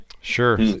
Sure